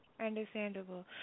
Understandable